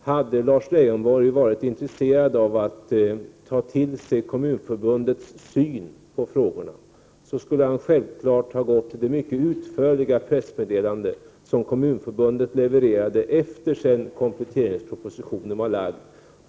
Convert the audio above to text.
Hade Lars Leijonborg varit intresserad av att ta till sig Kommunförbundets syn på frågorna, skulle han självfallet ha gått till det mycket utförliga pressmeddelande som Kommunförbundet levererade efter det att kompletteringspropositionen lagts fram.